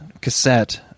cassette